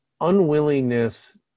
unwillingness